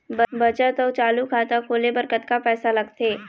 बचत अऊ चालू खाता खोले बर कतका पैसा लगथे?